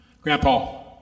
Grandpa